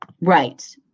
Right